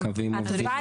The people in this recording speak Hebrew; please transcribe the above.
כמה קווים עובדים?